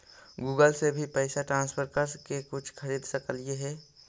Google से भी पैसा ट्रांसफर कर के कुछ खरिद सकलिऐ हे?